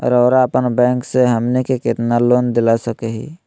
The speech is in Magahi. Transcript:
रउरा अपन बैंक से हमनी के कितना लोन दिला सकही?